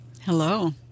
Hello